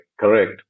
correct